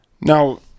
Now